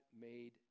made